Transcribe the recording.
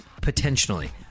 potentially